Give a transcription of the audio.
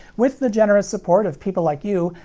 with the generous support of people like you,